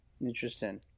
Interesting